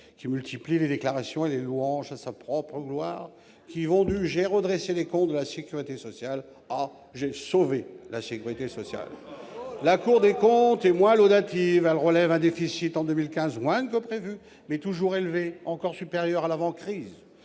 multiplie les déclarations et les discours à sa propre gloire, qui vont de « J'ai redressé les comptes de la sécurité sociale » à « J'ai sauvé la sécurité sociale »! La Cour des comptes est moins laudative ... Elle relève un déficit en 2015 moindre que prévu, mais toujours élevé, encore supérieur à celui de l'avant-crise,